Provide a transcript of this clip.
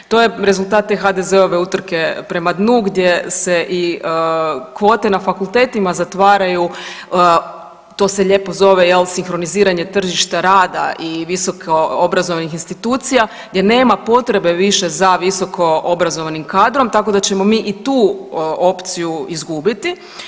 To je rezultat te HDZ-ove utrke prema dnu gdje se i kvote na fakultetima zatvaraju, to se lijepo zove jel sinhroniziranje tržišta rada i visoko obrazovnih institucija gdje nema potrebe više za visokoobrazovanim kadrom tako da ćemo mi i tu opciju izgubiti.